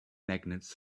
magnets